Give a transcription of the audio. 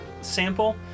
sample